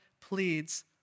pleads